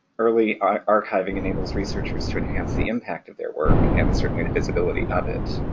early archiving enables researchers to enhance the impact of their work and certainly the visibility of it.